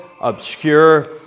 obscure